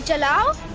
allow